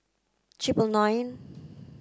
triple nine